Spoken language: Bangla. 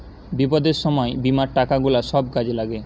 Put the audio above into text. বিপদের সময় বীমার টাকা গুলা সব কাজে লাগে